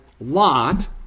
Lot